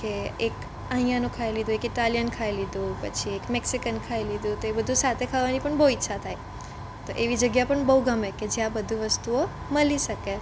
કે એક અહીંયાનું ખાઈ લીધું એક ઇટાલિયન ખાઈ લીધું પછી એક મેક્સિકન તે બધું સાથે ખાવાની પણ બહું ઈચ્છા થાય તો એવી જગ્યા પણ બહું ગમે કે જ્યાં બધી વસ્તુઓ મળી શકે